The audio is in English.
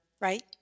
right